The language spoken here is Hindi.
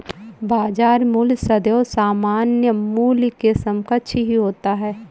बाजार मूल्य सदैव सामान्य मूल्य के समकक्ष ही होता है